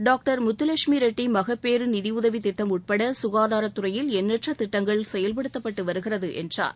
doctor Muthulakshmi Reddy மகப்பேறு நிதியுதவி திட்டம் உட்பட சுகாதாரத்துறையில் எண்ணற்ற திட்டங்கள் செயல்படுத்தப்பட்டு வருகிறது என்றார்